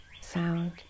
sound